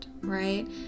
right